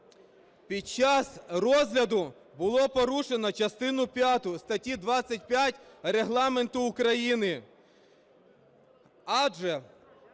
Під час розгляду було порушено частину п'яту статті 25 Регламенту України.